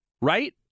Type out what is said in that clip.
Right